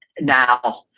now